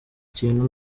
ikintu